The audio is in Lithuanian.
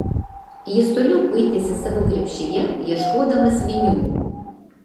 jis toliau kuitėsi savo krepšyje ieškodamas vinių